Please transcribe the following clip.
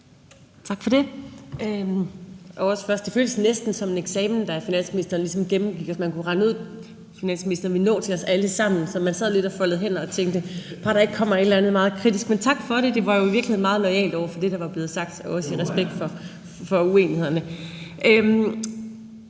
(EL): Tak for det. Det føltes næsten som en eksamen, da finansministeren ligesom gennemgik det, om man kunne regne ud, om finansministeren ville nå til os alle sammen. Så man sad jo lidt og foldede hænder og tænkte: Bare der ikke kommer et eller andet meget kritisk. Men tak for det; det var jo i virkeligheden meget loyalt over for det, der var blevet sagt af os, i forhold til uenighederne.